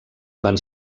van